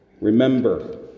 Remember